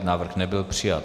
Návrh nebyl přijat.